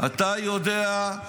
אתה יודע.